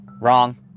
Wrong